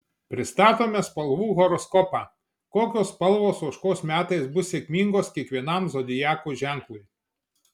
pristatome spalvų horoskopą kokios spalvos ožkos metais bus sėkmingos kiekvienam zodiako ženklui